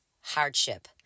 hardship